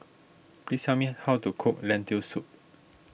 please tell me how to cook Lentil Soup